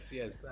yes